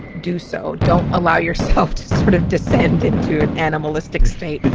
do so don't allow yourself to sort of descend into an animalistic state.